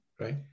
right